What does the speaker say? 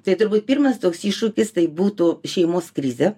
tai turbūt pirmas toks iššūkis tai būtų šeimos krizė